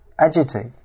Agitate